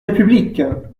république